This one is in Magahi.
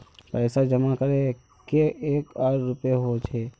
पैसा जमा करे के एक आर रूप होय है?